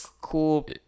cool